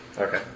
Okay